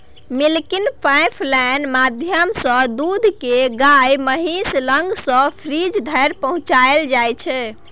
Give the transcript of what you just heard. milking pipeline माध्यमसँ दुध केँ गाए महीस लग सँ फ्रीज धरि पहुँचाएल जाइ छै